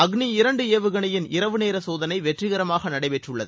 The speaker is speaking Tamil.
அக்னி இரண்டு ஏவுகணையின் இரவுநேர சோதனை வெற்றிகரமாக நடைபெற்றுள்ளது